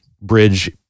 bridge